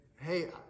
hey